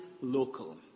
Local